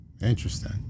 Interesting